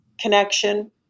connection